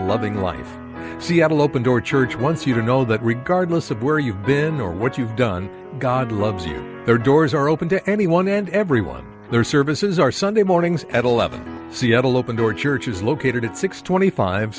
loving like seattle open door church once you know that regardless of where you've been or what you've done god loves you there are doors are open to anyone and everyone their services are sunday mornings at eleven seattle open door church is located at six twenty five